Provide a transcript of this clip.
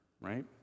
Right